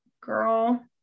Girl